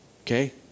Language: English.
okay